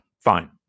Fine